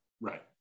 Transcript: Right